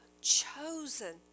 chosen